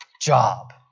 job